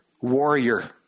Warrior